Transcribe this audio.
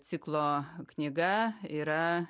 ciklo knyga yra